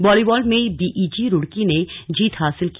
volleyball में BEG Roorkee ने जीत हासिल की